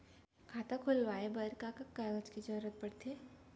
खाता खोलवाये बर का का कागज के जरूरत पड़थे?